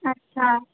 अच्छा